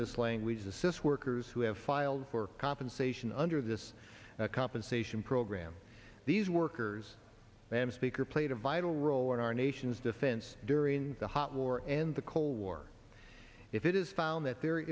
this language assist workers who have filed for compensation under this compensation program these workers and speaker played a vital role in our nation's defense during the hot war and the cold war if it is found that their